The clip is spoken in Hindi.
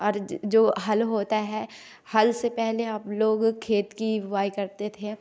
और जो हल होता है हल से पहले आप लोग खेत की बुवाई करते थे